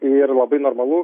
ir labai normalu